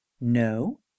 no